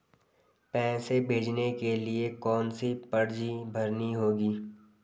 पैसे भेजने के लिए कौनसी पर्ची भरनी है?